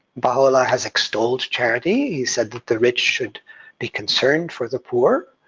baha'u'llah has extolled charity. he said that the rich should be concerned for the poor.